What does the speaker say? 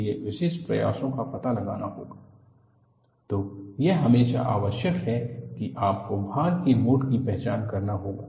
typical photoelastic fringes for mode II loading तो यह हमेशा आवश्यक है कि आपको भार के मोड की पहचान करना होगा